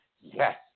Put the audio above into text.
yes